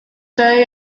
day